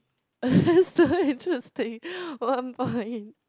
so interesting oh I'm fine